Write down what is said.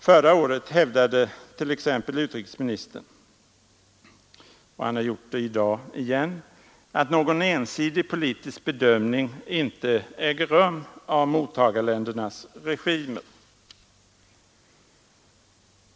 Förra året hävdade t.ex. utrikesministern, och han har gjort det i dag igen, att någon ensidig politisk bedömning av mottagarländernas regimer inte äger rum.